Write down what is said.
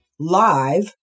live